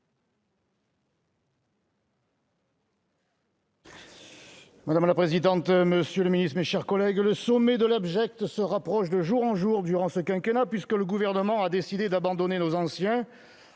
Madame la présidente, monsieur le ministre, mes chers collègues, le sommet de l'abject se rapproche de jour en jour durant ce quinquennat puisque le Gouvernement a décidé d'abandonner nos anciens